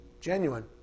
genuine